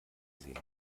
sehen